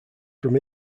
from